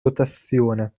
rotazione